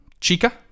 Chica